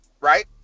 right